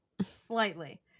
slightly